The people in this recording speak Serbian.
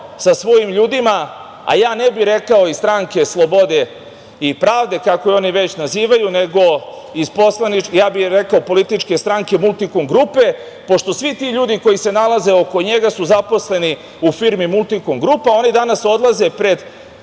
sa svojim ljudima, a ne bih rekao iz stranke SSP, kako je oni već nazivaju, nego iz rekao bih iz političke stranke „Multikom grupe“, pošto svi ti ljudi koji se nalaze oko njega su zaposleni u firmi „Multikom grupa“, oni danas odlaze pred